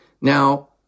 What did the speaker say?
now